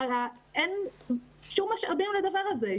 אך אין שום משאבים לדבר הזה,